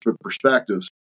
perspectives